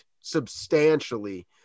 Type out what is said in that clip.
substantially